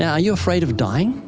yeah are you afraid of dying?